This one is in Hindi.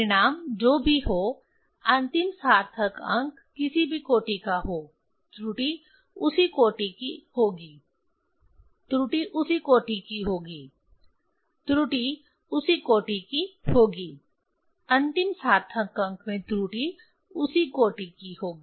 परिणाम जो भी हो अंतिम सार्थक अंक किसी भी कोटि का हो त्रुटि उसी कोटि की होगी त्रुटि उसी कोटि की होगी त्रुटि उसी कोटि की होगी अंतिम सार्थक अंक में त्रुटि उसी कोटि की होगी